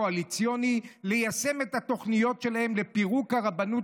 הקואליציוני ליישם את התוכניות שלהם לפירוק הרבנות